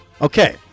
Okay